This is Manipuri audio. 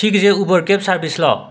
ꯁꯤꯒꯤꯁꯦ ꯎꯕꯔ ꯀꯦꯞ ꯁꯥꯔꯕꯤꯁꯂꯣ